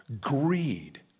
Greed